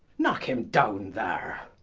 knocke him downe there.